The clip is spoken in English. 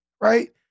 right